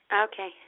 Okay